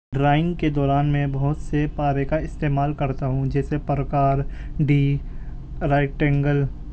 drawing کے دوران میں بہت سے پارے کا استعمال کرتا ہوں جیسے پرکار ڈی رائٹ اینگل